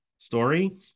story